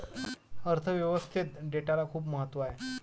अर्थ व्यवस्थेत डेटाला खूप महत्त्व आहे